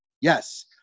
Yes